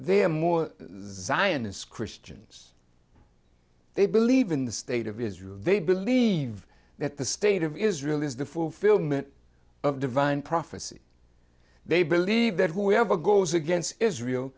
they are more zionists christians they believe in the state of israel they believe that the state of israel is the fulfillment of divine prophecy they believe that whoever goes against israel